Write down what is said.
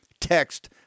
Text